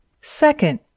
Second